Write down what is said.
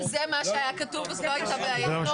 אם זה מה שהיה כתוב, אז לא הייתה בעיה.